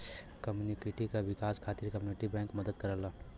community क विकास खातिर कम्युनिटी बैंक मदद करलन